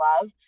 love